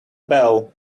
bell